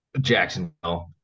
Jacksonville